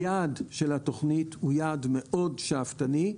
היעד של התוכנית הוא יעד מאוד שאפתני,